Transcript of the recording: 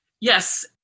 Yes